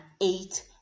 eight